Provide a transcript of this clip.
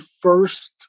first